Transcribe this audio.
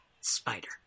Spider